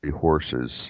horses